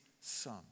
Son